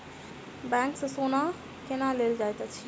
bank सँ सोना केना लेल जाइत अछि